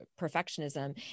perfectionism